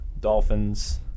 Dolphins